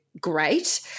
great